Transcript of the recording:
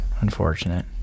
Unfortunate